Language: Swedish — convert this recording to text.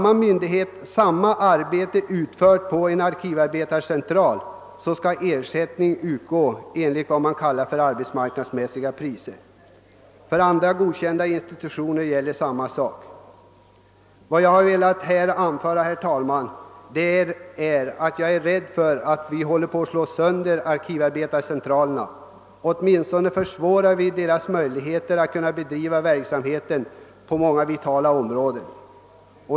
Det kan gälla en handikapporganisation, en statlig institution som länsarbetsnämnden, en länsstyrelse eller annan godkänd institution. Herr talman! Jag är rädd för att man håller på att slå sönder arkivarbetscentralerna — åtminstone försvårar vi deras möjligheter att bedriva verksamheten på många vitala områden.